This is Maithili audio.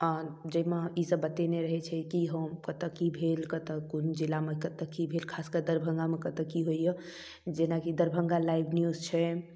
आओर जाहिमे ईसब बतेने रहै छै कि हँ कतऽ कि भेल कतऽ कोन जिलामे कतऽ कि भेल खासकऽ कऽ दरभङ्गामे कतऽ कि होइए जेनाकि दरभङ्गा लाइव न्यूज छै